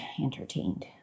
entertained